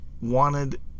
wanted